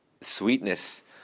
sweetness